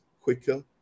quicker